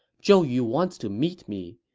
zhou yu wants to meet me.